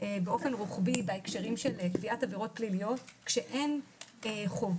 באופן רוחבי בהקשרים של קביעת עבירות פליליות היא שכשאין חובה